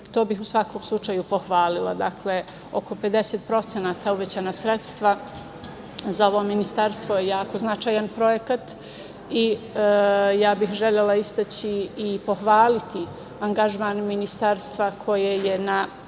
to bih u svakom slučaju pohvalila. Dakle, oko 50% uvećana sredstva za ovo ministarstvo je jako značajno i želela bih istaći i pohvaliti angažman ministarstva koje je na